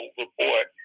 report